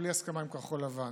בלי הסכמה עם כחול לבן.